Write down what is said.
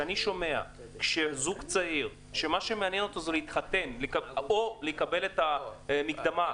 אני מודאג כשאני שומע שזוג צעיר שרוצה להתחתן או לקבל את המקדמה,